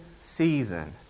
season